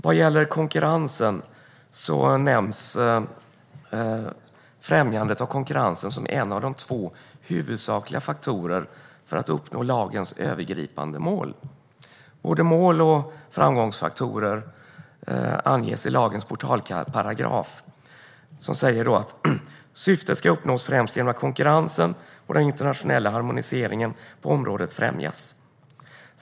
Vad gäller konkurrensen nämns främjandet av konkurrensen som en av två huvudsakliga faktorer för att uppnå lagens övergripande mål. Både mål och framgångsfaktorer anges i lagens portalparagraf. Den säger att "syftet skall uppnås främst genom att konkurrensen och den internationella harmoniseringen på området främjas.